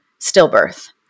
stillbirth